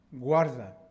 Guarda